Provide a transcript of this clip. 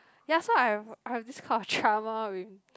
ya so I have I have this kind of trauma with